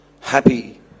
happy